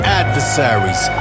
adversaries